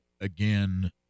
again